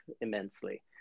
immensely